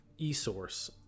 ESOURCE